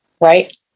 Right